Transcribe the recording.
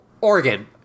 Oregon